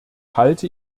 halte